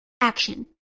action